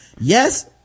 yes